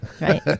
right